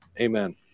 Amen